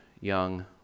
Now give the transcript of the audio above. young